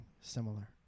similar